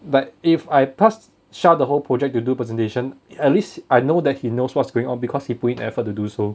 but if I passed shah the whole project to do presentation at least I know that he knows what's going on because he put in effort to do so